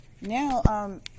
now